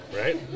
Right